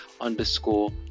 underscore